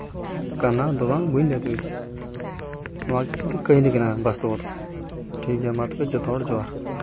ᱠᱟᱱᱟ ᱫᱚ ᱵᱟᱝ ᱵᱟᱹᱧ ᱫᱟᱲᱮ ᱭᱟᱫᱟ ᱱᱚᱣᱟ ᱜᱮ ᱠᱤᱱᱛᱩ ᱠᱟᱹᱦᱱᱤ ᱠᱟᱱᱟ ᱵᱟᱥᱛᱚᱵ ᱨᱮᱱᱟᱜ ᱴᱷᱤᱠᱜᱮᱭᱟ ᱢᱟ ᱛᱚᱵᱮ ᱡᱚᱛᱚ ᱦᱚᱲ ᱡᱚᱦᱟᱨ